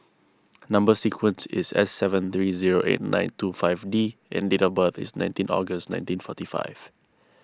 Number Sequence is S seven three zero eight nine two five D and date of birth is nineteen August nineteen forty five